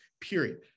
Period